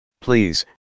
Please